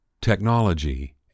technology